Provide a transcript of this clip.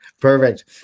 Perfect